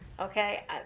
Okay